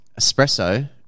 espresso